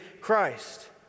Christ